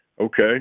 okay